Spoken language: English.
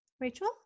Rachel